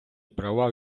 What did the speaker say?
права